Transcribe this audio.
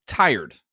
tired